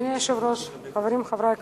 אדוני היושב-ראש, חברי חברי הכנסת,